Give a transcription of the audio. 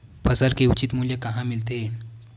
फसल के उचित मूल्य कहां मिलथे?